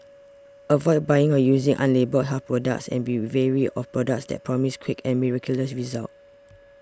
avoid buying or using unlabelled health products and be wary of products that promise quick and miraculous results